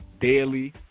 daily